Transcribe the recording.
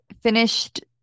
finished